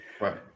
right